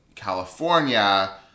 California